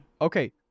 Okay